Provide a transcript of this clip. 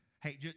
Hey